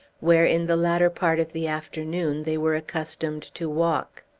where, in the latter part of the afternoon, they were accustomed to walk.